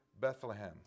Bethlehem